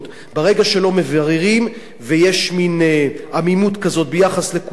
ברגע שלא מבררים ויש מין עמימות כזאת ביחס לכולם,